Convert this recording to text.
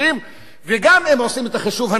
אם עושים את החישוב הנכון של האבטלה,